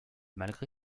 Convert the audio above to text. malgré